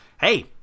Hey